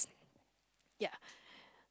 ya